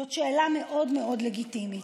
זו שאלה מאוד מאוד לגיטימית,